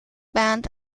band